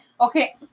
Okay